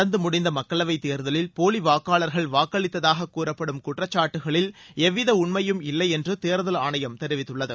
நடந்து முடிந்த மக்களவைத் தேர்தலில் போலி வாக்காளர்கள் வாக்களித்ததாகக் கூறப்படும் குற்றச்சாட்டுக்களில் எவ்வித உண்மையும் இல்லை என்று தேர்தல் ஆணையம் தெரிவித்துள்ளது